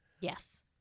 Yes